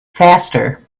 faster